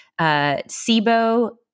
SIBO